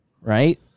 right